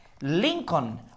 Lincoln